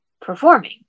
performing